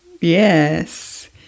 Yes